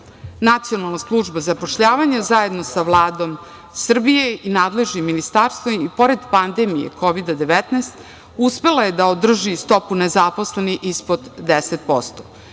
saradnju. Nacionalna služba za zapošljavanje zajedno sa Vladom Srbije i nadležnim ministarstvom i pored pandemije Kovida 19 uspela je da održi stopu nezaposlenih ispod 10%.